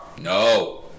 No